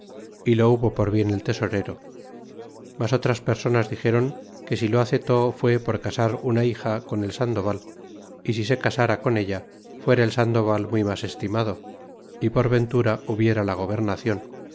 dé lo hubo por bien el tesorero mas otras personas dixeron que si lo acetó fue por casar una hija con el sandoval y si se casera con ella fuera el sandoval muy mas estimado y por ventura hubiera la gobernacion